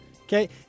Okay